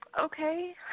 Okay